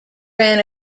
ran